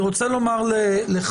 אני רוצה לומר לחבריי,